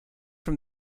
from